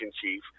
chief